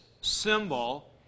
symbol